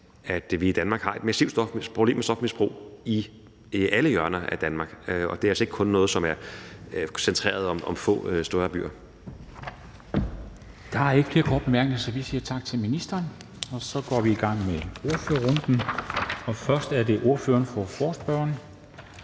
at vi i Danmark har et massivt problem med stofmisbrug i alle hjørner af Danmark, og at det altså ikke kun er noget, som er centreret om få større byer.